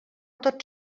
tot